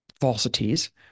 falsities